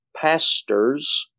pastors